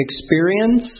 experience